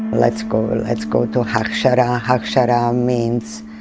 let's go. let's go to hachshara. hachshara um means